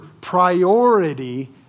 priority